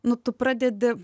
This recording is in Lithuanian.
nu tu pradedi